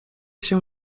się